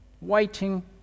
Waiting